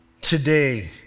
Today